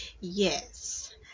yes